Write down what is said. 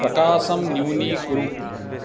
प्रकाशं न्यूनीकुरु